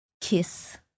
kiss